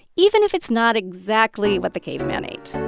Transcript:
even if it's not exactly what the caveman ate